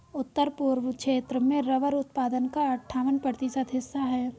उत्तर पूर्व क्षेत्र में रबर उत्पादन का अठ्ठावन प्रतिशत हिस्सा है